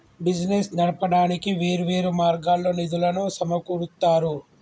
business నడపడానికి వేర్వేరు మార్గాల్లో నిధులను సమకూరుత్తారు